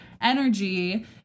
energy